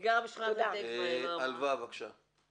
עלוה, בבקשה.